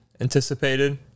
anticipated